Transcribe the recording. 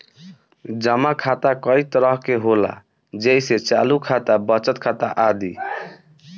जमा खाता कई तरह के होला जेइसे चालु खाता, बचत खाता आदि